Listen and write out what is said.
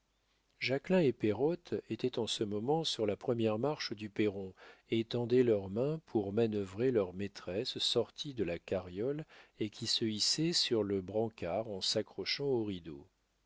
jacquelin et pérotte étaient en ce moment sur la première marche du perron et tendaient leurs mains pour manœuvrer leur maîtresse sortie de la carriole et qui se hissait sur le brancard en s'accrochant aux